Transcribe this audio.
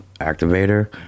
activator